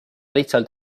lihtsalt